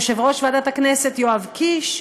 יושב-ראש ועדת הכנסת יואב קיש,